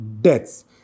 deaths